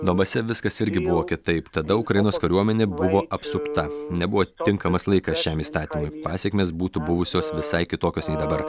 donbase viskas irgi buvo kitaip tada ukrainos kariuomenė buvo apsupta nebuvo tinkamas laikas šiam įstatymui pasekmės būtų buvusios visai kitokios nei dabar